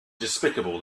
despicable